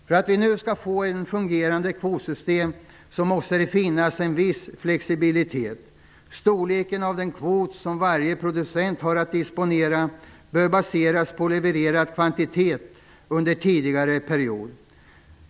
För att vi nu skall få ett fungerande kvotsystem måste det finnas en viss flexibilitet. Storleken av den kvot som varje producent har att disponera bör baseras på levererad kvantitet under en tidigare period.